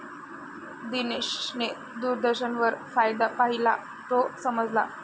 दिनेशने दूरदर्शनवर फायदा पाहिला, तो समजला